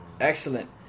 Excellent